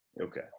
Okay